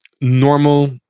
normal